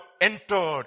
entered